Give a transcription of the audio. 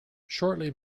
shortly